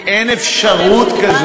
מה לגבי הדברים שדיברתי עליהם?